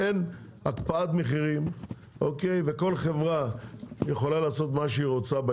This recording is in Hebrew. כשאין הקפאת מחירים וכל חברה יכולה לעשות מה שהיא רוצה,